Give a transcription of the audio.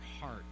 heart